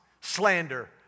slander